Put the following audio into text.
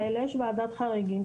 יש ועדת חריגים,